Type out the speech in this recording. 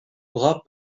bras